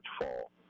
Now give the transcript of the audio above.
fall